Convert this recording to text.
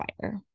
fire